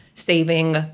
saving